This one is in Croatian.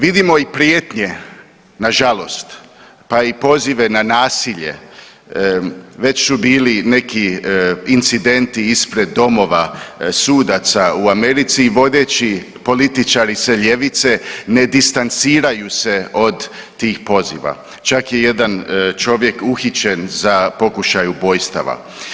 Vidimo i prijetnje nažalost, pa i pozive na nasilje, već su bili neki incidenti ispred domova sudaca u Americi i vodeći političari sa ljevice ne distanciraju se od tih poziva, čak je jedan čovjek uhićen za pokušaj ubojstava.